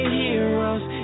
heroes